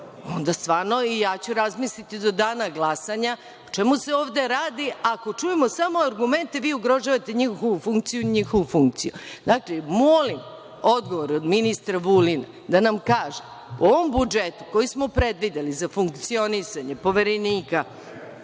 onda ću stvarno i ja razmisliti do dana glasanja o čemu se ovde radi, ako čujemo samo argumente – vi ugrožavate njihovu funkciju, njihovu funkciju. Znači, molim odgovor od ministra Vulina da nam kaže, u ovom budžetu koji smo predvideli za funkcionisanje Poverenika